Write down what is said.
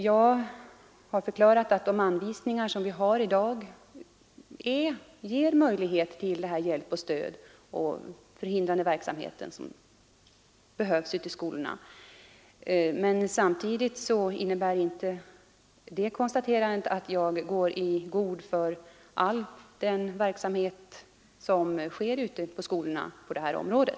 Jag har förklarat att de anvisningar vi har i dag ger möjlighet till hjälp och stöd och till den förebyggande verksamhet som behövs i skolorna. Men det konstaterandet innebär inte att jag går i god för all den verksamhet som bedrivs på det här området i skolorna.